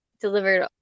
delivered